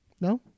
No